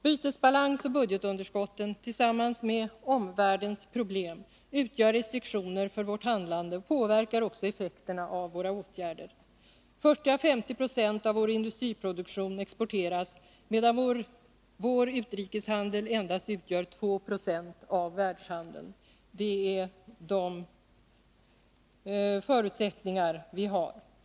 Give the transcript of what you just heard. Bytesbalansoch budgetunderskotten tillsammans med omvärldens problem utgör restriktioner för vårt handlande och påverkar också effekterna av våra åtgärder. 40 å 50 26 av vår industriproduktion exporteras, medan vår utrikeshandel endast utgör 2 20 av världshandeln. Det är de förutsättningar som vi har.